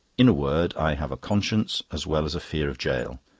in a word, i have a conscience as well as a fear of gaol.